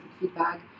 feedback